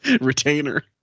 Retainer